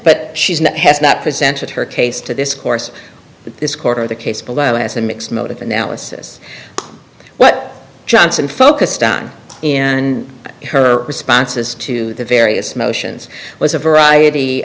but she's not has not presented her case to this course this quarter of the case below as a mixed mode of analysis what johnson focused on in her responses to the various motions was a variety